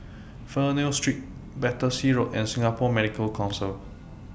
Fernvale Street Battersea Road and Singapore Medical Council